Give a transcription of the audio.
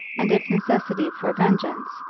and if necessity for vengeance,